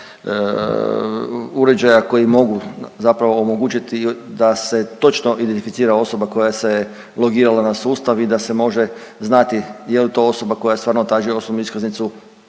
uređaja koji mogu zapravo omogućiti da se točno identificira osoba koja se ulogirala na sustav i da se može znati jel to osoba koja stvarno traži osobnu iskaznicu